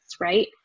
right